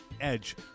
edge